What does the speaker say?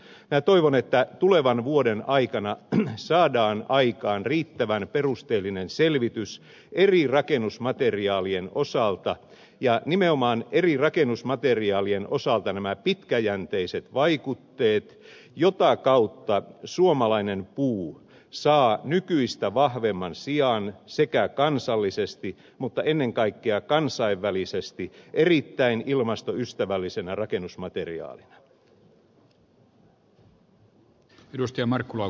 minä toivon että tulevan vuoden aikana saadaan aikaan riittävän perusteellinen selvitys eri rakennusmateriaalien osalta nimenomaan eri rakennusmateriaalien osalta nämä pitkäjänteiset vaikutukset jota kautta suomalainen puu saa nykyistä vahvemman sijan sekä kansallisesti mutta ennen kaikkea kansainvälisesti erittäin ilmastoystävällisenä rakennusmateriaalina